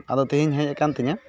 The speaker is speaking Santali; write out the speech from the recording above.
ᱟᱫᱚ ᱛᱮᱦᱤᱧ ᱦᱮᱡ ᱟᱠᱟᱱ ᱛᱤᱧᱟᱹ